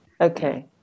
Okay